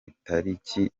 itariki